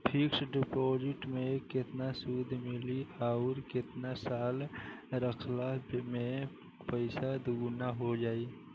Fix deposit मे केतना सूद मिली आउर केतना साल रखला मे पैसा दोगुना हो जायी?